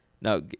Now